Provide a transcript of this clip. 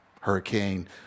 Hurricane